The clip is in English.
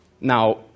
now